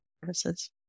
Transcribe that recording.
services